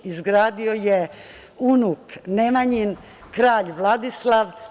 Izgradio ga je unuk Nemanjin, kralj Vladislav.